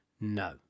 No